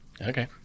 Okay